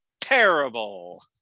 terrible